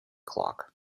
clock